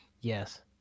Yes